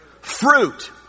Fruit